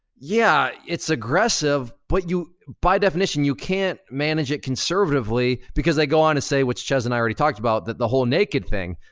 yeah, it's aggressive, but by definition, you can't manage it conservatively because they go on and say, which chezz and i already talked about, that the whole naked thing.